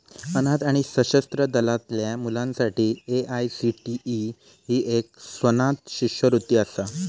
अनाथ आणि सशस्त्र दलातल्या मुलांसाठी ए.आय.सी.टी.ई ही एक स्वनाथ शिष्यवृत्ती असा